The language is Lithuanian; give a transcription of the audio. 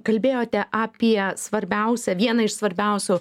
kalbėjote apie svarbiausią vieną iš svarbiausių